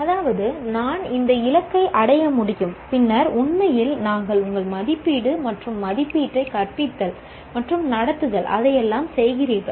அதாவது நான் இந்த இலக்கை அடைய முடியும் பின்னர் உண்மையில் நீங்கள் உங்கள் மதிப்பீடு மற்றும் மதிப்பீட்டை கற்பித்தல் மற்றும் நடத்துதல் அதையெல்லாம் செய்கிறீர்கள்